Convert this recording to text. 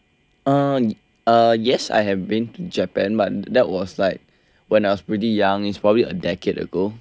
um uh yes I have been to Japan but that was like when I was pretty young is probably a decade ago